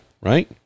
right